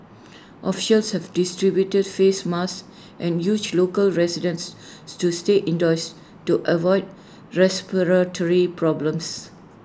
officials have distributed face masks and urged local residents to stay indoors to avoid respiratory problems